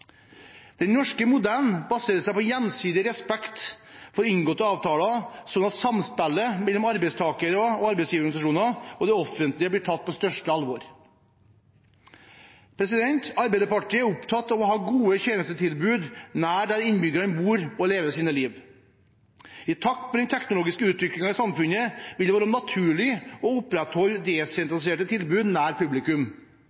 Den norske modellen baserer seg på gjensidig respekt for inngåtte avtaler, slik at samspillet mellom arbeidstakerorganisasjonene, arbeidsgiverorganisasjonene og det offentlige blir tatt på største alvor. Arbeiderpartiet er opptatt av å ha gode tjenestetilbud nær der innbyggerne bor og lever sitt liv. I takt med den teknologiske utviklingen i samfunnet vil det være naturlig å opprettholde